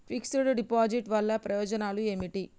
Fix డ్ deposit వల్ల ప్రయోజనాలు ఏమిటి?